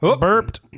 burped